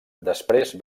després